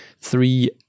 three